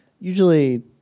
Usually